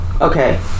Okay